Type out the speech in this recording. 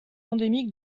endémique